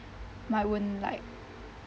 my own like